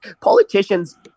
politicians